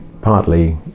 partly